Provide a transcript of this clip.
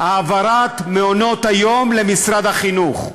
העברת מעונות-היום למשרד החינוך.